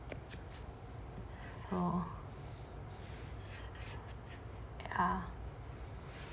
oo ya